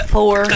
Four